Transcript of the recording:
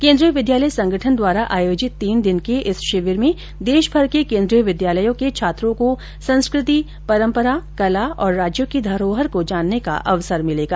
केन्द्रीय विद्यालय संगठन द्वारा आयोजित तीन दिन के इस शिविर में देशभर के केन्द्रीय विद्यलयों के छात्रों को संस्कृति परम्परा कला और राज्यों की धरोहर को जानने का अवसर मिलेगा